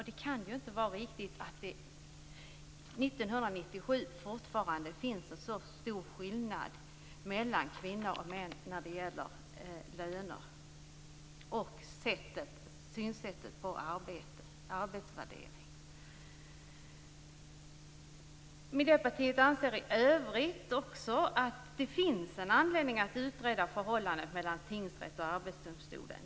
Det kan ju inte vara riktigt att det år 1997 fortfarande finns en så stor skillnad mellan kvinnor och män när det gäller löner och synsättet på arbete - arbetsvärdering. Miljöpartiet anser i övrigt också att det finns en anledning att utreda förhållandet mellan tingsrätt och Arbetsdomstolen.